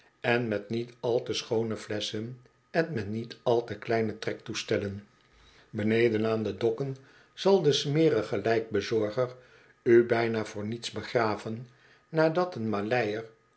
en met niet al te schoone ilesschen en met niet al te kleine trektoestellen beneden aan de dokken zal de smerige lijkbezorger u bijna voor niets begraven nadat een